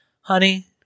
Honey